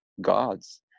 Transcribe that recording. gods